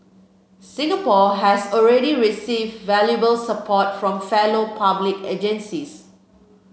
Singapore has already received valuable support from fellow public agencies